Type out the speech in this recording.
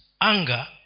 anger